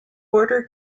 order